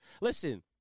Listen